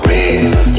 Real